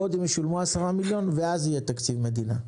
קודם ישולמו 10 מיליון ואז יהיה תקציב מדינה.